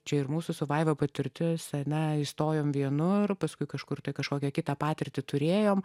čia ir mūsų su vaiva patirtis ar ne įstojome vienur paskui kažkur kažkokią kitą patirtį turėjome